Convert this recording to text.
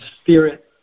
Spirit